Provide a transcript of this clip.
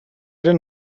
den